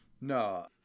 no